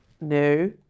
no